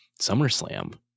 SummerSlam